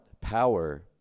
power